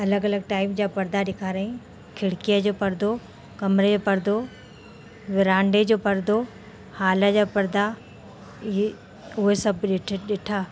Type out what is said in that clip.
अलॻि अलॻि टाइप जा परदा ॾेखारईं खिड़कीअ जो परदो कमिरे जो परदो विरांडे जो परदो हाल जा परदा इहे उहे सभु ॾिठा